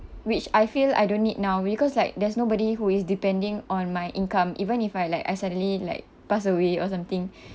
which I feel I don't need now because like there's nobody who is depending on my income even if I like I suddenly like pass away or something